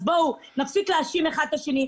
אז בואו נפסיק להאשים אחד את השני,